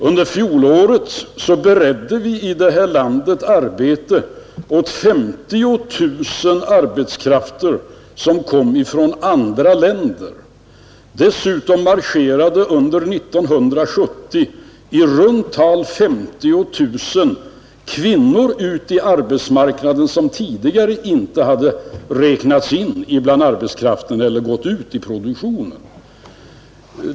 Under fjolåret beredde vi i det här landet arbete åt 50 000 personer som kom från andra länder. Dessutom marscherade under 1970 i runt tal 50 000 kvinnor ut på arbetsmarknaden, vilka tidigare inte hade räknats in i arbetskraften eller gått ut i produktionen.